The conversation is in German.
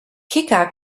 kicker